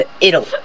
Italy